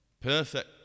Perfect